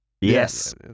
Yes